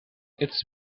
its